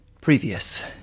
Previous